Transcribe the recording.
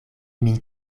min